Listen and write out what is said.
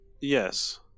Yes